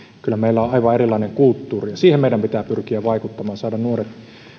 kyllä meillä on aivan erilainen kulttuuri siihen meidän pitää pyrkiä vaikuttamaan saada nuoret